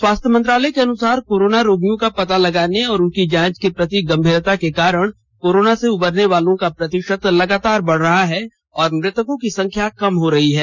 स्वास्थ्य मंत्रालय के अनुसार कोरोना रोगियों का पता लगाने और उनकी जांच के प्रति गंभीरता के कारण कोरोना से उबरने वालों का प्रतिशत लगातार बढा है और मृतकों की संख्या कम रही है